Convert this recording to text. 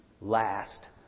last